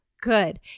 good